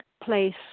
place